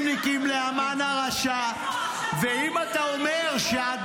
מה אתה שח?